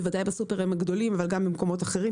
בוודאי בסופרים הגדולים אבל גם במקומות האחרים,